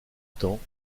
temps